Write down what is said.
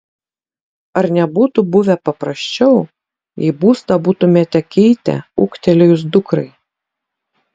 ar nebūtų buvę paprasčiau jei būstą būtumėte keitę ūgtelėjus dukrai